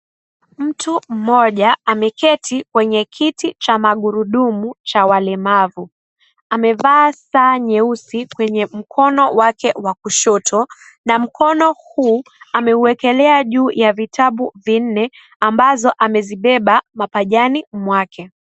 Mtu mmoja ameketi kwenye kiti cha magurudumu cha walemavu. Amevaa saa nyeusi kwenye mkono wake wa kushoto na mkono huu ameuwekelea juu ya vitabu vinne ambazo amezibeba mapajani mwake.